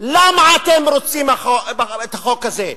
למה אתם רוצים את החוק הזה.